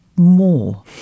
More